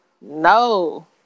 no